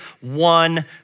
one